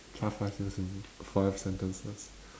past five years in five sentences